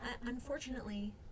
Unfortunately